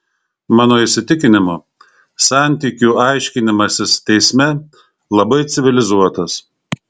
mano įsitikinimu santykių aiškinimasis teisme labai civilizuotas